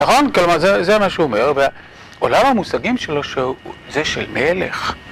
נכון? כלומר, זה מה שהוא אומר, ועולם המושגים שלו זה של מלך.